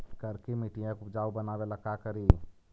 करिकी मिट्टियां के उपजाऊ बनावे ला का करी?